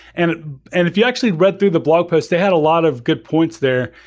and and if you actually read through the blog post, they had a lot of good points there.